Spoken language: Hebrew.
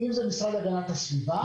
המשרד להגנת הסביבה.